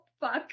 fuck